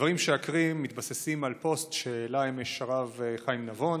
הדברים שאקריא מתבססים על פוסט שהעלה אמש הרב חיים נבון.